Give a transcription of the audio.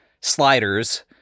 sliders